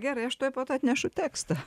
gerai aš tuoj pat atnešu tekstą